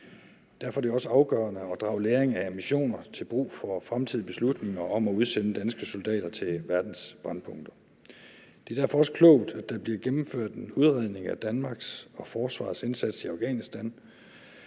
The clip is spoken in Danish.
Derfor er det også afgørende at drage læring af missioner til brug for fremtidige beslutninger om at udsende danske soldater til verdens brændpunkter. Derfor er det også klogt, at der bliver gennemført en udredning af Danmarks og forsvarets indsats i Afghanistan.